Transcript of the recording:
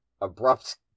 abrupt